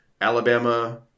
Alabama